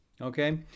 Okay